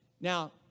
Now